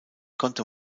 konnte